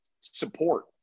support